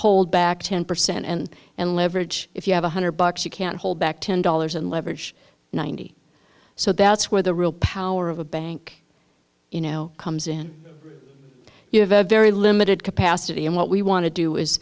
hold back ten percent and and leverage if you have a hundred bucks you can't hold back ten dollars and leverage ninety so that's where the real power of a bank you know comes in you have a very limited capacity and what we want to do is